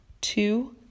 Two